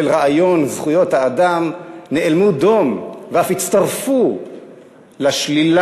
רעיון זכויות האדם נאלמו דום ואף הצטרפו לשלילה